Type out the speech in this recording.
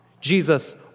Jesus